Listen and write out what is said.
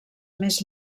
més